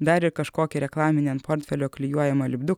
darė kažkokį reklaminį ant portfelio klijuojamą lipduką